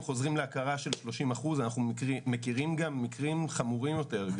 הם חוזרים להכרה של 30%. אנחנו מכירים גם מקרים חמורים יותר.